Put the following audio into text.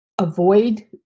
Avoid